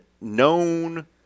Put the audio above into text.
known